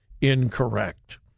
incorrect